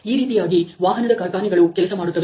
ಈ ರೀತಿಯಾಗಿ ವಾಹನದ ಕಾರ್ಖಾನೆಗಳು ಕೆಲಸ ಮಾಡುತ್ತವೆ